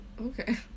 okay